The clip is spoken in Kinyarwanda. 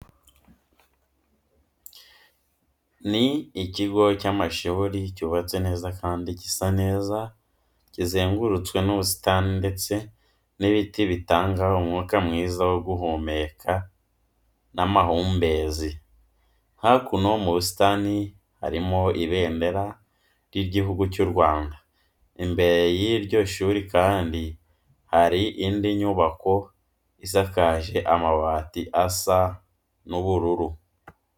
Ni ikigo cy'amashuri cyubatse neza kandi gisa neza, kizengurutswe n'ubusitani ndetse n'ibiti bitanga umwuka mwiza wo guhumeka n'amahumbezi. Hakuno mu busitani harimo Ibendera ry'Iguhugu cy'u Rwanda, imbere y'iryo shuri kandi hari indi nyubako isakaje amabati asa ubururu.